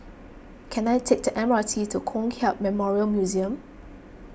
can I take the M R T to Kong Hiap Memorial Museum